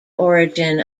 origin